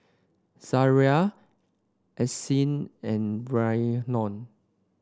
Zariah Ardyce and Reynold